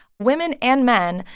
women and men,